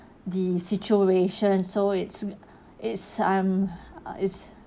the situation so it's it's I'm uh it's